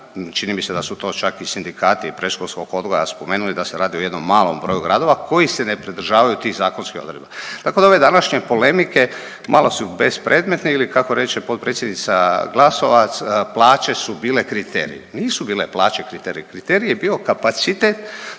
čini mi se da su to čak i sindikati predškolskog odgoja spomenuli da se radi o jednom malom broju gradova koji se ne pridržavaju tih zakonskih odredbi. Tako da ove današnje polemike malo su bespredmetne ili kako reče potpredsjednica Glasovac plaće su bile kriterij. Nisu bile plaće kriterij, kriterij je bio kapacitet